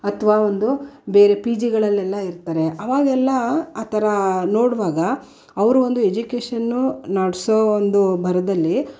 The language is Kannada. ಅಥ್ವಾ ಒಂದು ಬೇರೆ ಪಿ ಜಿಗಳಲ್ಲೆಲ್ಲ ಇರ್ತಾರೆ ಅವಾಗೆಲ್ಲ ಆ ಥರಾ ನೋಡುವಾಗ ಅವರು ಒಂದು ಎಜ್ಯುಕೇಷನು ನಡೆಸೋ ಒಂದು ಭರದಲ್ಲಿ